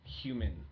human